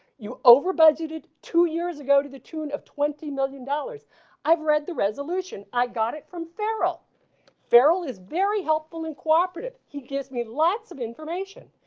you over budgeted two years ago to the tune of twenty million dollars i've read the resolution i got it from ferrell ferrell is very helpful and cooperative. he gives me lots of information.